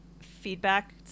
feedback